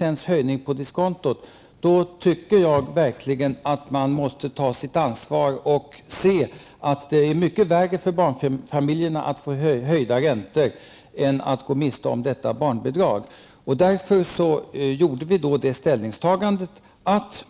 ju en höjning av diskontot med 6 %. Därför tycker jag verkligen att man måste ta sitt ansvar. Man måste inse att det skulle vara mycket värre för barnfamiljerna att få höjda räntor än att gå miste om en höjning av barnbidraget. Därför gjorde vi vårt ställningstagande.